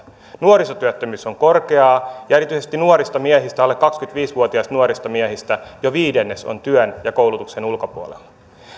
nuorisotyöttömyys on korkeaa ja erityisesti alle kaksikymmentäviisi vuotiaista nuorista miehistä jo viidennes on työn ja koulutuksen ulkopuolella